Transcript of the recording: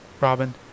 Robin